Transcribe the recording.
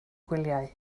gwyliau